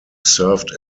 served